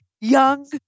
young